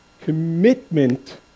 commitment